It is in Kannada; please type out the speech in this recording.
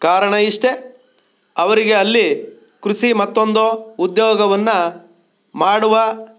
ಕಾರಣ ಇಷ್ಟೇ ಅವರಿಗೆ ಅಲ್ಲಿ ಕೃಷಿ ಮತ್ತೊಂದೋ ಉದ್ಯೋಗವನ್ನು ಮಾಡುವ